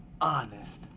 Honest